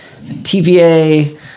TVA